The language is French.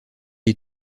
est